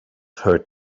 heard